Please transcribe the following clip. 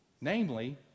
Namely